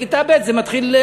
בכיתה ב' זה מתחיל,